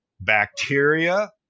bacteria